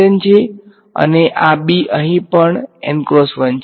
આ છે અને આ b અહીં પણ છે